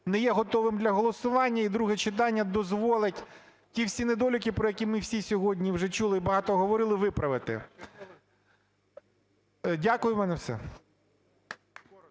не є готовим для голосування і друге читання дозволить ті всі недоліки, про які ми всі сьогодні вже чули і багато говорили, виправити. Дякую. В мене все.